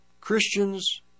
Christians